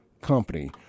company